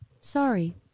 Sorry